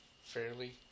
fairly